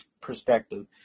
perspective